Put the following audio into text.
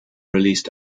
released